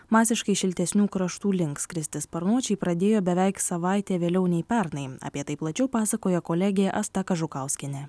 masiškai šiltesnių kraštų link skristi sparnuočiai pradėjo beveik savaite vėliau nei pernai apie tai plačiau pasakoja kolegė asta kažukauskienė